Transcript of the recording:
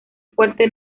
fuerte